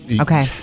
Okay